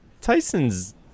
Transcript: Tyson's –